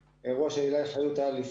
לישראל.